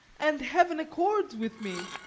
and heaven accords with me,